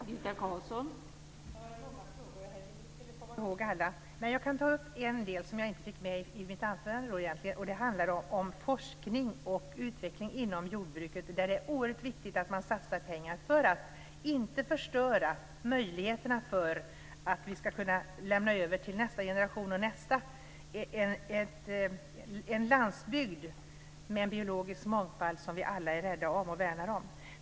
Fru talman! Det var många frågor, och jag vet inte om jag kommer ihåg alla. Jag kan ta upp en fråga som jag inte fick med i mitt anförande och som handlar om forskning och utveckling inom jordbruket. Det är oerhört viktigt att man satsar pengar för att inte förstöra möjligheterna att lämna över till nästa och därefter följande generation en landsbygd med en biologisk mångfald som vi alla är rädda om och värnar om.